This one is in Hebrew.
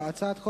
בעד, 19,